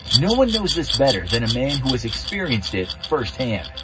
no one knows this better than a man who has experienced it firsthand.